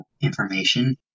information